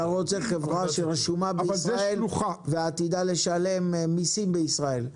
אתה רוצה חברה בישראל ועתידה לשלם מסים בישראל.